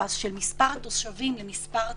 היחס של מספר התושבים למספר התיירים,